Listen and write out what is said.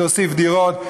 נוסיף דירות,